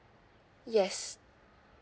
yes